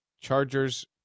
Chargers